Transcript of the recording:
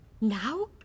Now